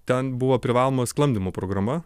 ten buvo privaloma sklandymo programa